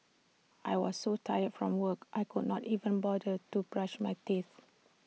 I was so tired from work I could not even bother to brush my teeth